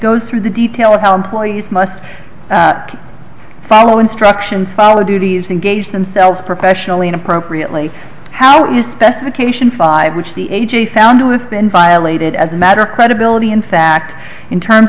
goes through the detail of how employees must follow instructions follow duties and gauge themselves professionally and appropriately how to specification five which the a j found to have been violated as a matter of credibility in fact in terms